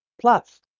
Plus